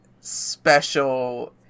special